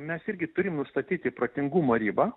mes irgi turim nustatyti protingumo ribą